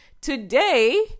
Today